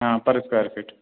ہاں پر square fit